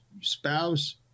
spouse